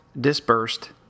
dispersed